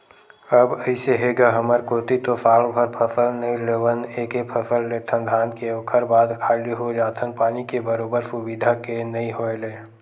अब अइसे हे गा हमर कोती तो सालभर फसल नइ लेवन एके फसल लेथन धान के ओखर बाद खाली हो जाथन पानी के बरोबर सुबिधा के नइ होय ले